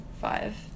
five